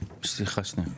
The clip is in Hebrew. סליחה שנייה.